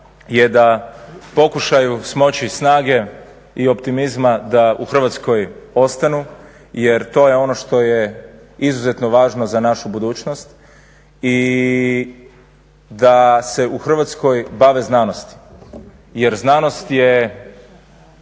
je da pokušaju smoći snage i optimizma da u Hrvatskoj ostanu jer to je ono što je izuzetno važno za našu budućnost i da se u Hrvatskoj bave znanosti jer znanost je